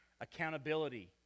accountability